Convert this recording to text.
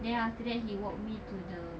then after that he walked me to the